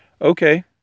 Okay